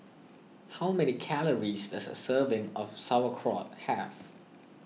how many calories does a serving of Sauerkraut have